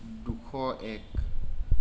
দুশ এক